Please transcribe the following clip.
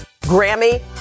Grammy